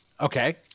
Okay